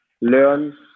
learn